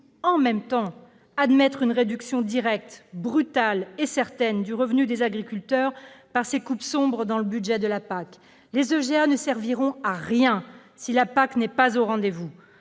en même temps », admettre une réduction directe, brutale et certaine du revenu des agriculteurs par ces coupes claires dans le budget de la PAC ? Les états généraux de l'agriculture ne serviront à rien si la PAC n'est pas au rendez-vous.